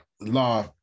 Law